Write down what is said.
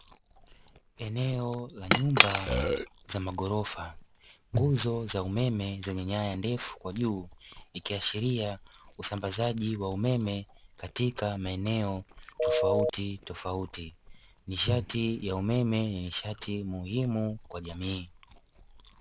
Eneo la nyumba za maghorofa, nguzo za umeme zenye nyaya ndefu kwa juu, ikiashiria usambazaji wa umeme katika maeneo tofautitofauti. Nishati ya umeme ni nishati muhimu kwa jamii.